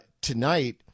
tonight